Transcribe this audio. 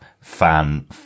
fan